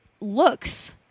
looks